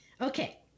Okay